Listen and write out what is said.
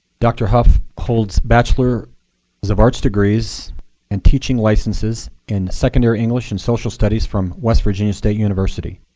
dr. hough holds bacelor of arts degrees and teaching licenses in secondary english and social studies from west virginia state university.